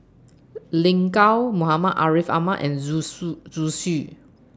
Lin Gao Muhammad Ariff Ahmad and Zhu Su Zhu Xu